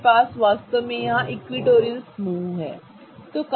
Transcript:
तो मेरे पास वास्तव में यहाँ इक्विटोरियल समूह है ठीक है